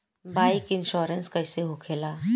Bike insurance कैसे होखे ला?